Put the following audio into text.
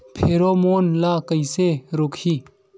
Pheromone ला कइसे रोकही?